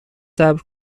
صبر